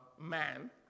man